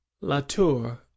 Latour